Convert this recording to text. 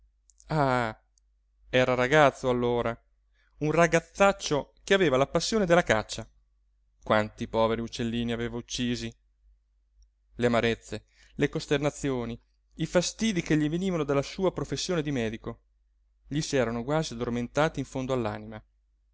ah era ragazzo allora un ragazzaccio che aveva la passione della caccia quanti poveri uccellini aveva uccisi le amarezze le costernazioni i fastidii che gli venivano dalla sua professione di medico gli s'erano quasi addormentati in fondo